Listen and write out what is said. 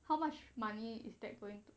how much money is that going to cost